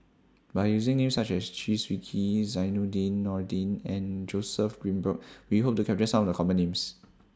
By using Names such as Chew Swee Kee Zainudin Nordin and Joseph Grimberg We Hope to capture Some of The Common Names